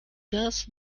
das